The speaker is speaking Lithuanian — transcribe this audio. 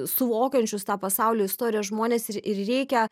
suvokiančius tą pasaulio istoriją žmones ir ir reikia